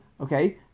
Okay